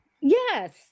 Yes